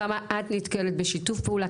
כמה את נתקלת בשיתוף פעולה,